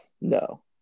No